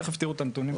תיכף תראו את הנתונים.